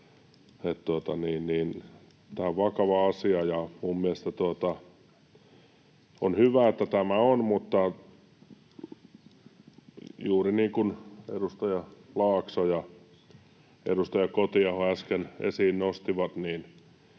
Tämä on vakava asia, ja minun mielestäni on hyvä, että tämä laki on, mutta juuri niin kuin edustaja Laakso ja edustaja Kotiaho äsken esiin nostivat,